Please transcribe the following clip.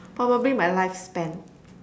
probably my lifespan